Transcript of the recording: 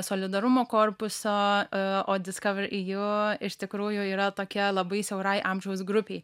solidarumo korpuso o discovereu iš tikrųjų yra tokia labai siaurai amžiaus grupei